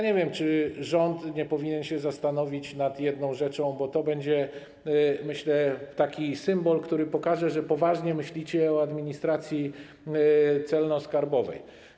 Nie wiem, czy rząd nie powinien się zastanowić nad jedną rzeczą, bo to będzie, myślę, taki symbol, który pokaże, że poważnie myślicie o administracji celno-skarbowej.